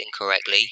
incorrectly